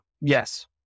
yes